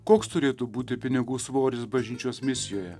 koks turėtų būti pinigų svoris bažnyčios misijoje